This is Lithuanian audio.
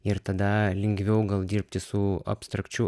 ir tada lengviau gal dirbti su abstrakčiu